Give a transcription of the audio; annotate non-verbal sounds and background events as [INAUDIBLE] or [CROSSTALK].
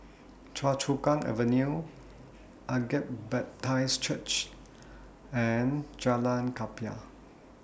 Choa Chu Kang Avenue Agape [UNINTELLIGIBLE] Church and Jalan Klapa